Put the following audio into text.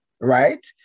right